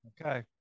Okay